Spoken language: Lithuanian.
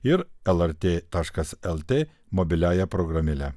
ir lrt taškas lt mobiliąja programėle